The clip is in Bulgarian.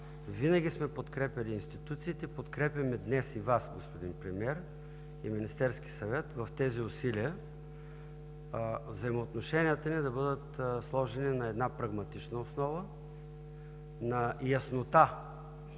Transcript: винаги сме подкрепяли институциите, подкрепяме днес и Вас, господин Премиер, и Министерския съвет в усилията взаимоотношенията ни да бъдат сложени на една прагматична основа, на яснота